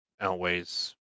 outweighs